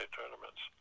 tournaments